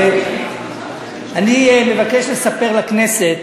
אני מבקש לספר לכנסת